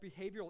behavioral